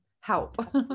help